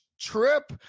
trip